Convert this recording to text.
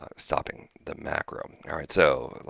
um stopping the macro. alright! so,